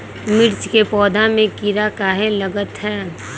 मिर्च के पौधा में किरा कहे लगतहै?